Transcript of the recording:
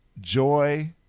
Joy